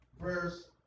Verse